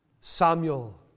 Samuel